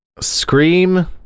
Scream